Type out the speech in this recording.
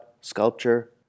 sculpture